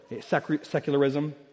secularism